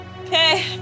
Okay